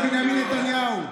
לבנימין נתניהו.